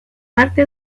arte